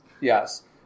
Yes